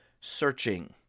searching